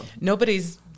Nobody's